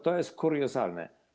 To jest kuriozalne.